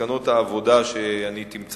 מה נעשה בנושא, אז אני אנסה